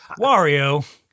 Wario